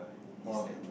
!wah!